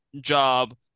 job